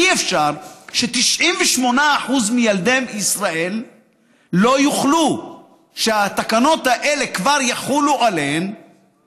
אי-אפשר ש-98% מילדי ישראל לא יוכלו שהתקנות האלה כבר יחולו עליהם